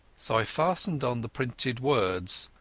so i fastened on the printed words,